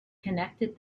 connected